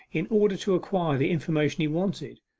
in order to acquire the information he wanted,